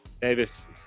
Davis